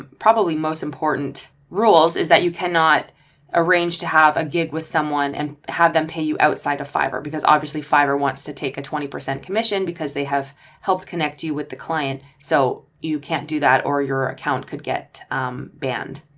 probably most important rules is that you cannot arrange to have a gig with someone and have them pay you outside of fiverr. because obviously fiverr wants to take a twenty percent commission because they have helped connect you with the client. so you can't do that or your account could get banned.